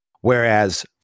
whereas